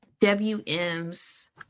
wm's